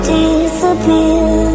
disappear